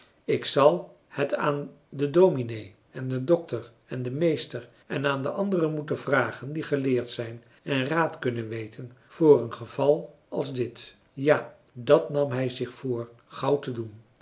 ik zal het aan den dominé en den dokter en den meester en aan anderen moeten vragen die geleerd zijn en raad kunnen weten voor een geval als dit ja dat nam hij zich voor gauw te doen